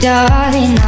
Darling